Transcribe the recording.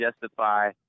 justify